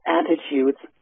attitudes